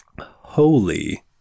Holy